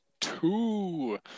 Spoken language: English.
two